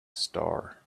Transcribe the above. star